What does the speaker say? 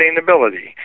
sustainability